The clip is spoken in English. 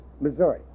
Missouri